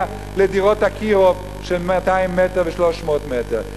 לדירות "אקירוב" של 200 מטר ו-300 מטר.